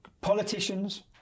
politicians